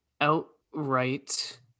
outright